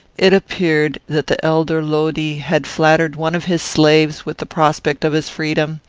it appeared that the elder lodi had flattered one of his slaves with the prospect of his freedom,